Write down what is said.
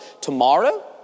Tomorrow